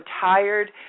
tired